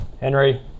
Henry